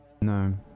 No